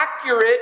accurate